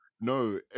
No